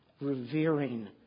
revering